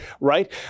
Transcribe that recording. right